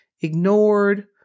ignored